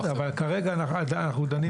אבל כרגע אנחנו דנים רק בזה.